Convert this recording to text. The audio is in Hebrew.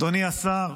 אדוני השר: